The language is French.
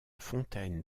fontaine